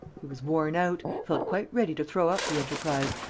he was worn out, felt quite ready to throw up the enterprise,